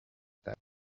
that